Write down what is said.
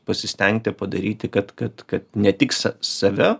pasistengti padaryti kad kad kad ne tik save